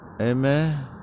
Amen